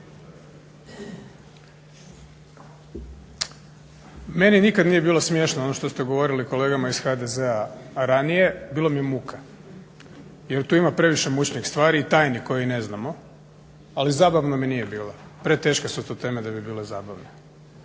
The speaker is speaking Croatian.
Meni nikad nije bilo smiješno ono što ste govorili kolegama iz HDZ-a ranije, bilo mi je muka jer tu ima previše mučnih stvari i tajni koje ne znamo, ali zabavno mi nije bilo, preteške su to teme da bi bile zabavne.